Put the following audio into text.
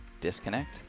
disconnect